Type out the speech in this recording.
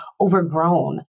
overgrown